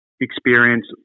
experience